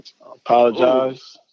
Apologize